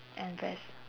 and ves